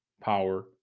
power